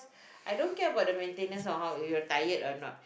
I don't care about the maintenance or how it will tired or not